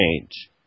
change